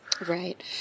Right